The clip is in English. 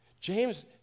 James